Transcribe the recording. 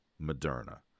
Moderna